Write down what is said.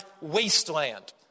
wasteland